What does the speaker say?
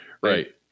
Right